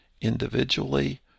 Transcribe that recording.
individually